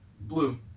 Blue